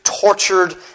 tortured